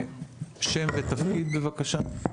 שם ותפקיד בבקשה.